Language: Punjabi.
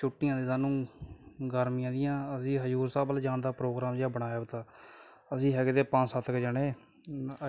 ਛੁੱਟੀਆਂ ਨੇ ਸਾਨੂੰ ਗਰਮੀਆਂ ਦੀਆਂ ਅਸੀਂ ਹਜ਼ੂਰ ਸਾਹਿਬ ਵੱਲ ਜਾਣ ਦਾ ਪ੍ਰੋਗਰਾਮ ਜਿਹਾ ਬਣਾਇਆ ਵਾ ਤਾ ਅਸੀਂ ਹੈਗੇ ਤੇ ਪੰਜ ਸੱਤ ਕੁ ਜਾਣੇ